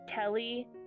Telly